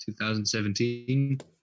2017